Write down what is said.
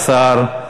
להעביר